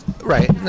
Right